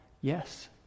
yes